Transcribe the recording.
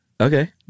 Okay